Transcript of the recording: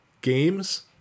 games